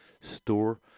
store